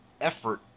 effort